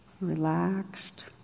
relaxed